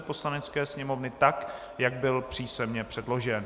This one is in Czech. Poslanecké sněmovny tak, jak byl písemně předložen.